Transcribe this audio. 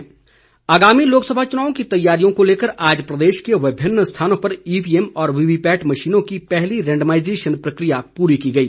randomisation आगामी लोकसभा चुनाव की तैयारियों को लेकर आज प्रदेश के विभिन्न स्थानों पर ईवीएम और वीवीपैट मशीनों की पहली रेंडमाईजेशन प्रक्रिया पूरी की गई